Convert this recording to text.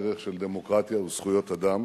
דרך של דמוקרטיה וזכויות אדם